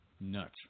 Nuts